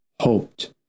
hoped